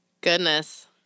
Goodness